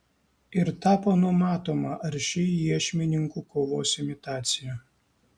ir tapo numatoma arši iešmininkų kovos imitacija